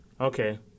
okay